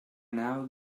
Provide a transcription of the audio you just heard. now